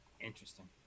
Interesting